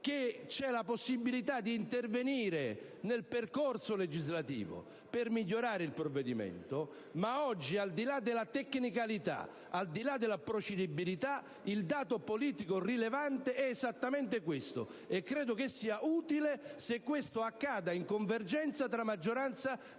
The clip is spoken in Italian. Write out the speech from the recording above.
che c'è la possibilità di intervenire nel suo percorso per migliorare il provvedimento; ma oggi al di là della tecnicalità e della procedibilità, il dato politico rilevante è esattamente questo. E credo che sia utile se questo accade in convergenza tra maggioranza e